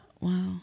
Wow